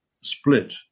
split